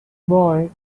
boy